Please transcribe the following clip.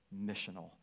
missional